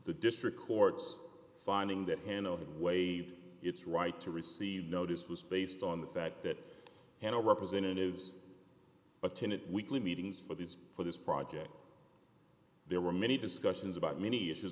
the district court's finding that hanover waived its right to receive notice was based on the fact that you know representatives attended weekly meetings for these for this project there were many discussions about many issues